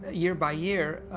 year by year, ah,